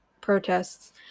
protests